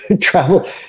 travel